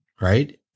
right